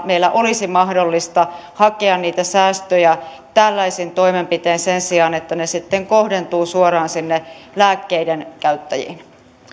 meillä olisi mahdollista hakea niitä säästöjä tällaisin toimenpitein sen sijaan että ne sitten kohdentuvat suoraan sinne lääkkeiden käyttäjiin